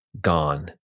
gone